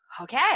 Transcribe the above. okay